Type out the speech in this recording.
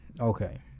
Okay